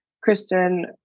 Kristen